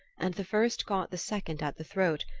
and the first caught the second at the throat,